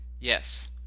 Yes